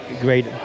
great